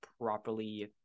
properly